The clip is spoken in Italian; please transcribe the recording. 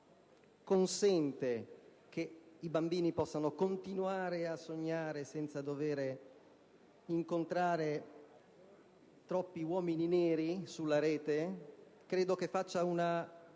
in modo che i bambini possano continuare a sognare senza dover incontrare troppi uomini neri sulla rete, compia